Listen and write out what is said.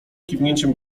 kiwnięciem